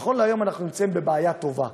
נכון להיום אנחנו נמצאים בבעיה טובה.